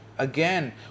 Again